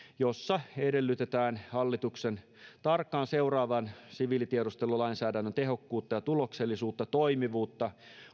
jossa edellytetään hallituksen tarkkaan seuraavan siviilitiedustelulainsäädännön tehokkuutta ja tuloksellisuutta toimivuutta